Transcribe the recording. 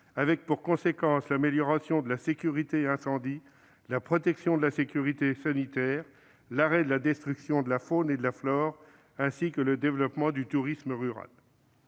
avec pour conséquence l'amélioration de la sécurité incendie, la protection de la sécurité sanitaire, l'arrêt de la destruction de la faune et de la flore, ainsi que le développement du tourisme rural.